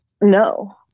no